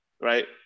right